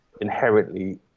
inherently